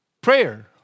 prayer